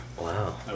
Wow